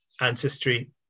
ancestry